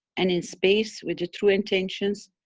and in space with the true intentions,